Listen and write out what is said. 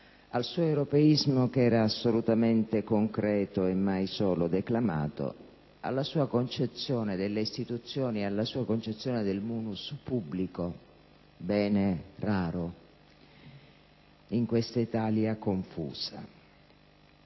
al suo europeismo, che era assolutamente concreto e mai solo declamato, alla sua concezione delle istituzioni e del *munus* pubblico come bene raro in questa Italia confusa.